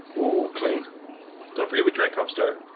oh clean don't forget we drink upstart.